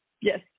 Yes